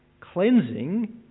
cleansing